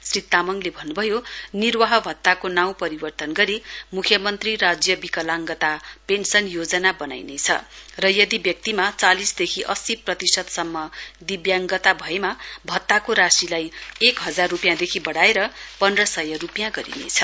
श्री तामाङले भन्नुभयो निर्वाह भत्ताको नाउँ परिवपर्तन गरी मुख्यमन्त्री राज्य दिव्याङ्गता पेन्सन योजना बनाइने र यदि व्यक्ति चालिसदेखि अस्सी प्रतिशतसम्म दिव्याङ्गता भएमा भत्ताको राशिलाई एक हजार रूपियाँदेखि बडाएर पन्ध्र सय रुपियाँ गरिनेछ